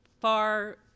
far